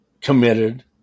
committed